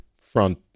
front